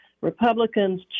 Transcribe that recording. Republicans